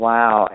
Wow